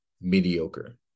mediocre